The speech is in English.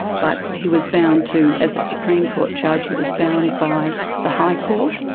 but he was bound to as a supreme court judge, he was bound by the high court,